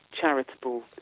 charitable